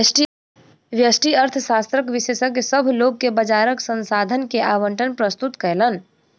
व्यष्टि अर्थशास्त्रक विशेषज्ञ, सभ लोक के बजारक संसाधन के आवंटन प्रस्तुत कयलैन